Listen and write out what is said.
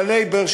ה"לייבור",